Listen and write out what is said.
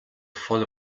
voll